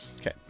Okay